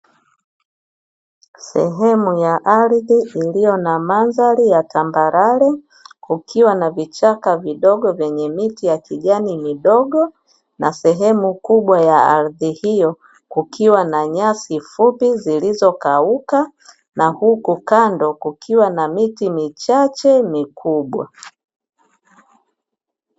Sehemu ya ardhi iliyo na madhari ya tambarare, kukiwa na vichaka vidogo vyenye miti ya kijani midogo na sehemu kubwa ya ardhi hiyo kukiwa na nyasi fupi zilizokauka na huko kando kukiwa na miti michache ni kubwa.